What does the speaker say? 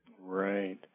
Right